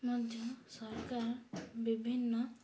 ମଧ୍ୟ ସରକାର ବିଭିନ୍ନ